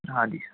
हाँ जी